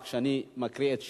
כשאני מקריא את שמו,